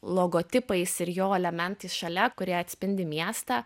logotipais ir jo elementais šalia kurie atspindi miestą